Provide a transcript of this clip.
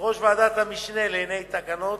יושב-ראש ועדת המשנה לעניין התקנות,